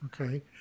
okay